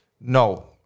no